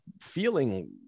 feeling